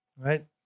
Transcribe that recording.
Right